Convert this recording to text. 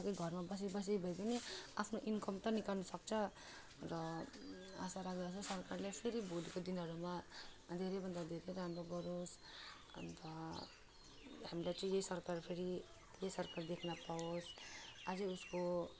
तपाईँ घरमा बसिबसि भए पनि आफ्नो इनकम त निकाल्नु सक्छ र आशा राख्दछु सरकारले फेरि भोलिको दिनहरूमा धेरैभन्दा धेरै राम्रो गरोस् अन्त हामीलाई चाहिँ यही सरकार फेरि यही सरकार देख्न पावोस् आझै उसको